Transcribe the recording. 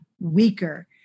weaker